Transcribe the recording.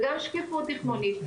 וגם שקיפות תכנונית,